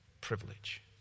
privilege